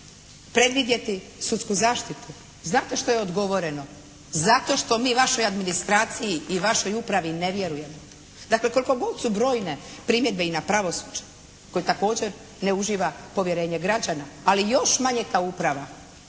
predvidjeti sudsku zaštitu? Znate šta je odgovoreno? Zato što mi vašoj administraciji i vašoj upravi ne vjerujemo. Dakle, koliko god su brojne primjedbe i na pravosuđe koje također ne uživa povjerenje građana, ali još manje ta uprava